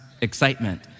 excitement